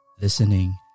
Listening